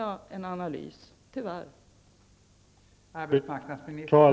Jag saknar tyvärr en analys här.